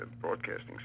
broadcasting